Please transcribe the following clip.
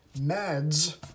Mads